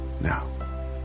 now